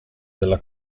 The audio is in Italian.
della